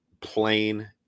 plain